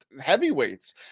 heavyweights